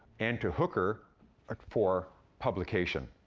and to hooker ah for publication.